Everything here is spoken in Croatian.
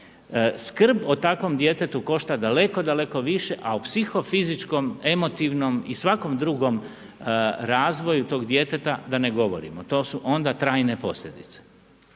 skrb o takvom djetetu košta daleko, daleko više, a o psihofizičkom, emotivnom i svakom drugom razvoju tog djeteta da ne govorimo. To su onda trajne posljedice.